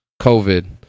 covid